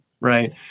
right